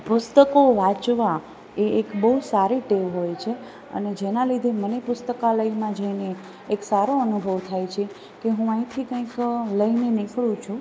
પુસ્તકો વાંચવા એ એક બહુ સારી ટેવ હોય છે અને જેના લીધે મને પુસ્તકાલયમાં જઈને એક સારો અનુભવ થાય છે કે હું અહીંથી કાંઇક લઇને નીકળું છું